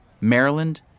Maryland